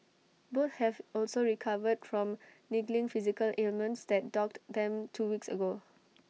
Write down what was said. both have also recovered from niggling physical ailments that dogged them two weeks ago